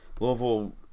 Louisville